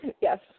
Yes